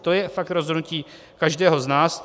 To je fakt rozhodnutí každého z nás.